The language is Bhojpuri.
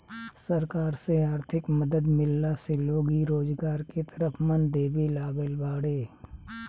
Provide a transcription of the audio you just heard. सरकार से आर्थिक मदद मिलला से लोग इ रोजगार के तरफ मन देबे लागल बाड़ें